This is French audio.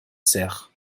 serres